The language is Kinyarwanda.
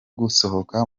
gusohoka